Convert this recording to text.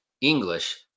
English